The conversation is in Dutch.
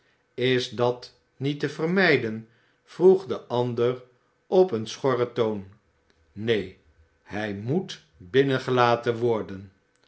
is dat niet te vermijden vroeg de ander op een schorren toon neen hij moet binnenge'aten worden